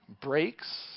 breaks